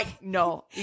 no